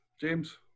James